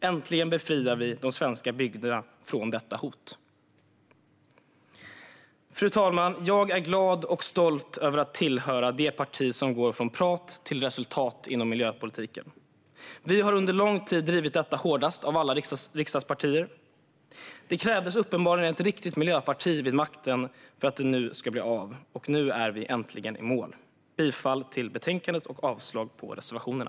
Äntligen befriar vi de svenska bygderna från detta hot. Fru talman! Jag är glad och stolt över att tillhöra det parti som går från prat till resultat inom miljöpolitiken. Vi har under lång tid drivit detta hårdast av alla riksdagspartier. Det krävdes uppenbarligen ett riktigt miljöparti vid makten för att det skulle bli av. Nu är vi äntligen i mål. Jag yrkar bifall till förslaget i betänkandet och avslag på reservationerna.